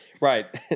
Right